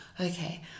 okay